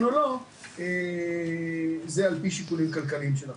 כן או לא, זה על פי שיקולים כלכליים של החוות.